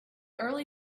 early